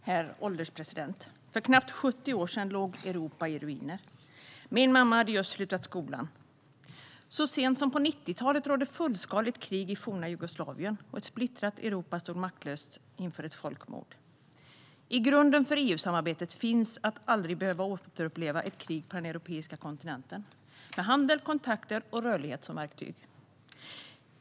Herr ålderspresident! För knappt 70 år sedan låg Europa i ruiner. Min mamma hade just slutat skolan. Så sent som på 90-talet rådde fullskaligt krig i forna Jugoslavien, och ett splittrat Europa stod maktlöst inför ett folkmord. I grunden för EU-samarbetet finns att aldrig behöva återuppleva ett krig på den europeiska kontinenten. Vi har handel, kontakter och rörlighet som verktyg.